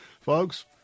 Folks